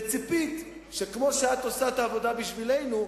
וציפית שכמו שאת עושה את העבודה בשבילנו,